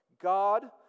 God